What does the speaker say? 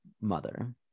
mother